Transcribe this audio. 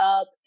up